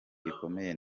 gikomeye